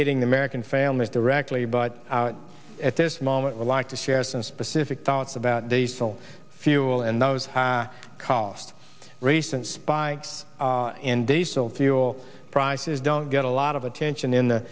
hitting the american families directly but at this moment i like to share some specific thoughts about diesel fuel and those costs recent spy and diesel fuel prices don't get a lot of attention in the